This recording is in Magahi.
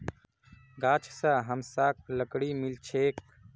गाछ स हमसाक लकड़ी मिल छेक